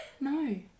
No